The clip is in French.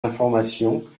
informations